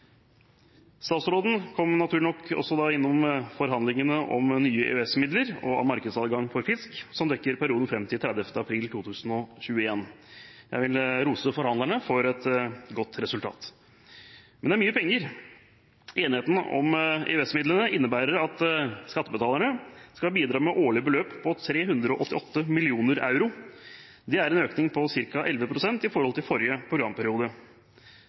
Statsråden kom naturlig nok også innom forhandlingene om nye EØS-midler og markedsadgang for fisk for perioden fram til 30. april 2021. Jeg vil rose forhandlerne for et godt resultat. Men det er mye penger. Enigheten om EØS-midlene innebærer at skattebetalerne skal bidra med et årlig beløp på 388 mill. euro. Det er en økning på ca. 11 pst. i forhold til forrige programperiode.